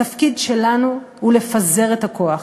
התפקיד שלנו הוא לפזר את הכוח,